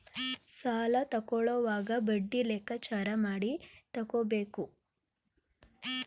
ಸಾಲ ತಕ್ಕೊಳ್ಳೋವಾಗ ಬಡ್ಡಿ ಲೆಕ್ಕಾಚಾರ ಮಾಡಿ ತಕ್ಕೊಬೇಕು